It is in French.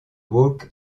walk